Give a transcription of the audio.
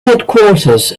headquarters